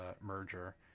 merger